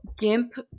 GIMP